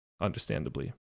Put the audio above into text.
understandably